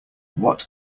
what